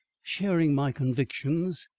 sharing my convictions.